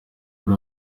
wari